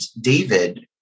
David